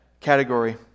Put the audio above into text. category